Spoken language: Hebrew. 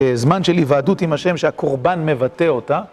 זמן של היוועדות עם השם שהקורבן מבטא אותה